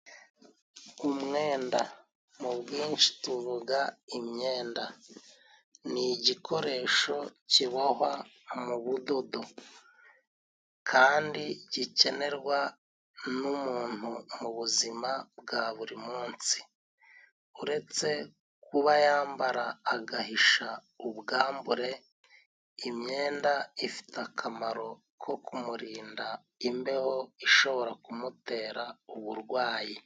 Umwenda mu bwinshi tuvuga imyenda， ni igikoresho kibohwa mu budodo kandi gikenerwa n’umuntu mu buzima bwa buri munsi. Uretse kuba yambara agahisha ubwambure，imyenda ifite akamaro ko kumurinda imbeho， ishobora kumutera uburwayi.